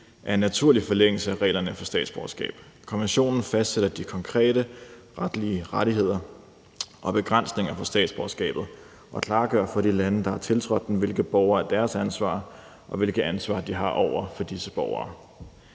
er i naturlig forlængelse af reglerne for statsborgerskab. Konventionen fastsætter de konkrete retlige rettigheder og begrænsninger for statsborgerskabet og klargør for de lande, der har tiltrådt den, hvilke borgere der er deres ansvar, og hvilket ansvar de har over for disse borgere.